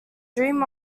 dream